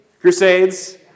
Crusades